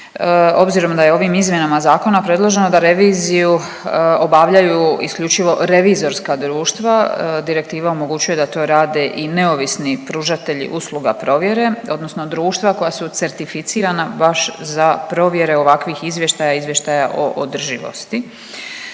Obzirom da je ovim izmjenama zakona predloženo da reviziju obavljaju isključivo revizorska društva, direktiva omogućuje da to rade i neovisni pružatelji usluga provjere odnosno društva koja su certificirana baš za provjere ovakvih izvještaja, izvještaja o održivosti.